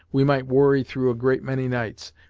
we might worry through a great many nights,